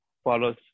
follows